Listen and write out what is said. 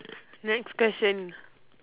next question